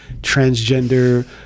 transgender